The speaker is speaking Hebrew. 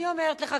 אני אומרת לך,